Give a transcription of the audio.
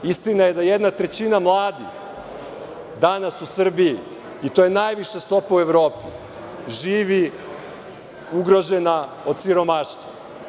Istina je da jedna trećina mladih danas u Srbiji, i to je najviša stopa u Evropi, živi ugrožena od siromaštva.